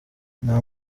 nta